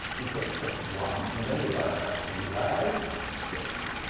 we subtract one and then divide by two. like this.